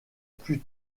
plus